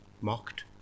mocked